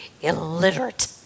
illiterate